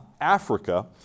Africa